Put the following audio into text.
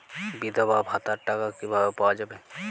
বিধবা ভাতার টাকা কিভাবে পাওয়া যাবে?